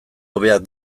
hobeak